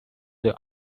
the